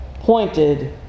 pointed